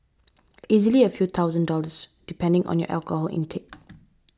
easily a few thousand dollars depending on your alcohol intake